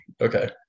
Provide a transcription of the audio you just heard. okay